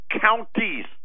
counties